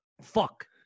fuck